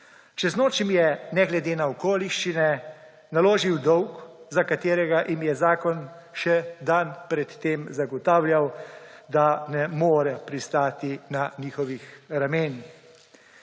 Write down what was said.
Čez noč mi je ne glede na okoliščine naložil dolg, za katerega jim je zakon še dan pred tem zagotavljal, da ne more pristati na njihovih ramenih.